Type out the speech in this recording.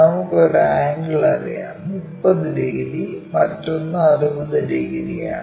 നമുക്ക് ഒരു ആംഗിൾ അറിയാം 30 ഡിഗ്രി മറ്റൊന്ന് 60 ഡിഗ്രിയാണ്